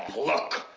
look!